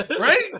Right